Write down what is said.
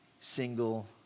single